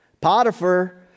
Potiphar